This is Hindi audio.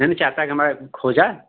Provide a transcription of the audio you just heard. नहीं चाहता कि हमारा खो जाये